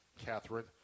Catherine